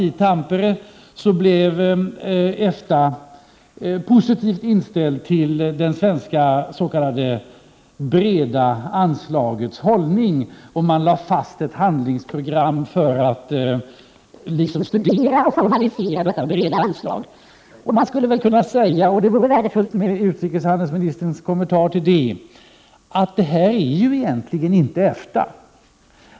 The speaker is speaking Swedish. I Tammerfors blev EFTA positivt inställt till den svenska s.k. breda anslagets hållning. Man lade fast ett handlingsprogram för att kunna studera och formalisera detta breda anslag. Man skulle väl kunna säga — det vore värdefullt med utrikeshandelsministerns kommentar till det — att detta egentligen inte är EFTA.